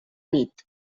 nit